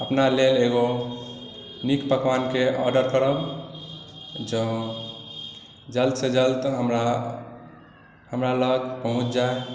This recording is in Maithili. अपना लेल एगो नीक पकवानकेँ ऑर्डर करब जँ जल्दसँ जल्द तऽ हमरा लग पहुँच जाय